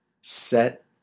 set